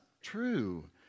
true